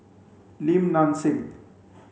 Lim Nang Seng